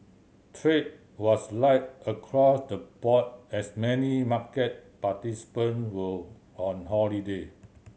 trade was light across the board as many market participant were on holiday